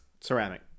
Ceramic